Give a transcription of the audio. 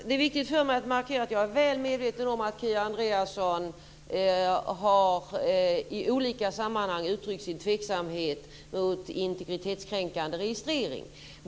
Herr talman! Jag är väl medveten om att Kia Andreasson i olika sammanhang har uttryckt tvivel angående integritetskränkande registrering.